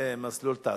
זה במסלול תעסוקה.